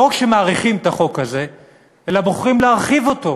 לא רק שמאריכים את החוק הזה אלא בוחרים להרחיב אותו: